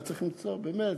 באמת,